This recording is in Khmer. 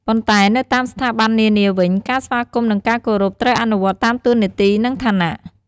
ប៉ុន្តែនៅតាមស្ថាប័ននានាវិញ ការស្វាគមន៍ និងការគោររព ត្រូវអនុវត្តតាមតួនាទីនិងឋានៈ។